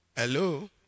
Hello